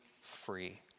free